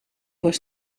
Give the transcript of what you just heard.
was